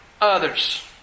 others